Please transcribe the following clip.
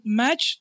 match